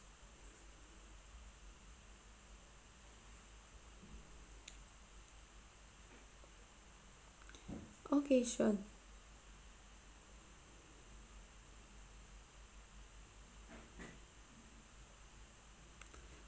okay sure